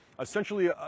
essentially